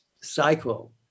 cycle